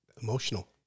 emotional